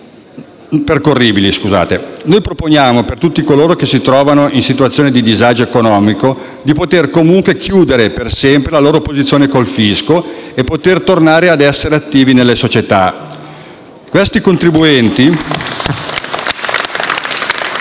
Noi proponiamo per tutti coloro che si trovano in situazioni di disagio economico di poter chiudere per sempre la loro posizione con il fisco e poter tornare ad essere attivi nella società. *(Applausi